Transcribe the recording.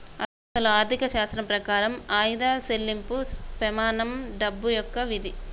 అసలు ఆర్థిక శాస్త్రం ప్రకారం ఆయిదా సెళ్ళింపు పెమానం డబ్బు యొక్క విధి